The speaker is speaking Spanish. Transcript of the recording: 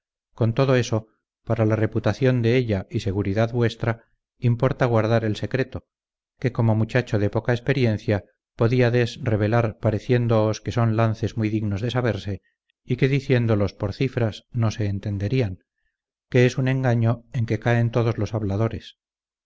con todo eso para la reputación de ella y seguridad vuestra importa guardar el secreto que como muchacho de poca experiencia podiades revelar pareciendoos que son lances muy dignos de saberse y que diciéndolos por cifras no se entenderían que es un engaño en que caen todos los habladores